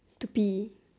to pee